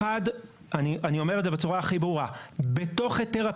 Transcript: אני אומר בצורה הכי ברורה שבתוך היתר הפליטה,